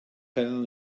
helen